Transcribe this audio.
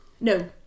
No